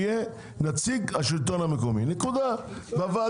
יהיה נציג השלטון המקומי הוועדה.